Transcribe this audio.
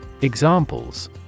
Examples